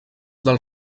del